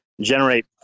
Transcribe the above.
generate